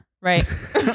right